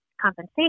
compensation